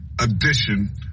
edition